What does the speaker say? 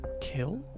kill